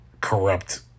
corrupt